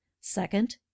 Second